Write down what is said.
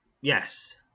yes